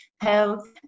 health